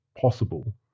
possible